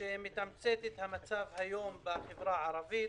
שמתמצת את המצב היום בחברה הערבית.